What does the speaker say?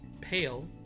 pale